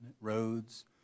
roads